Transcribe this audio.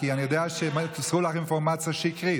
כי אני יודע שמסרו לך אינפורמציה שקרית.